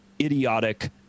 idiotic